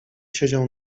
siedział